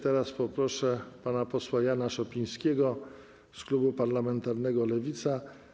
Teraz poproszę pana posła Jana Szopińskiego z klubu parlamentarnego Lewica.